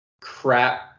crap